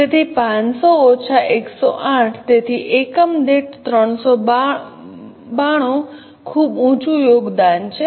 તેથી 500 ઓછા 108 તેથી એકમ દીઠ 392 ખૂબ ઊંચું યોગદાન છે